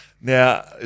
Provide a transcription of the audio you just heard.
Now